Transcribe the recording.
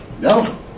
No